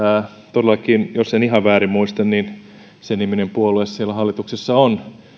todellakin jos en ihan väärin muista sen niminen puolue siellä hallituksessa on